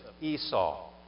Esau